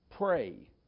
Pray